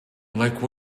like